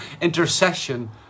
intercession